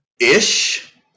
Ish